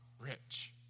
rich